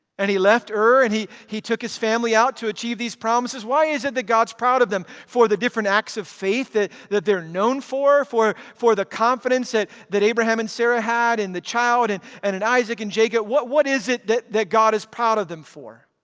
and he left ur and he he took his family out to achieve these promises? why is it that god's proud of them for the different acts of faith that that they're known for? for for the confidence that that abraham and sarah had in the child and and in isaac and jacob? what what is it that that god is proud of them for?